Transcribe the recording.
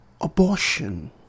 abortion